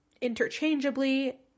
interchangeably